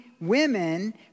women